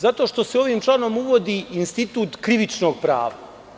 Zato što se ovim članom uvodi institut krivičnog prava.